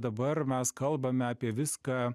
dabar mes kalbame apie viską